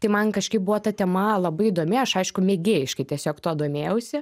tai man kažkaip buvo ta tema labai įdomi aš aišku mėgėjiški tiesiog tuo domėjausi